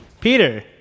Peter